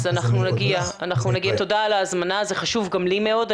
אנחנו נגיע, תודה על ההזמנה, זה חשוב גם לי מאוד.